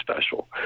special